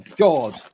god